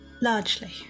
Largely